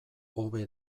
hobe